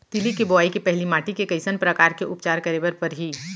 तिलि के बोआई के पहिली माटी के कइसन प्रकार के उपचार करे बर परही?